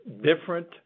different